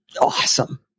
awesome